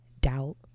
doubt